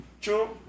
True